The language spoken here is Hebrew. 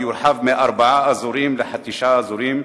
ויורחב מארבעה אזורים לתשעה אזורים.